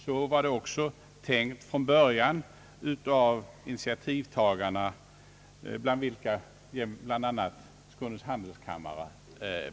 Så var det även tänkt från början av initiativtagarna, bland vilka ingick Skånes handelskammare.